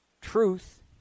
Truth